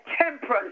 temperance